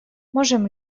можем